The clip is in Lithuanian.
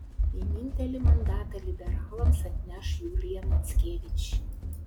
vienintelį mandatą liberalams atneš julija mackevič